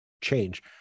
change